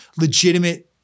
legitimate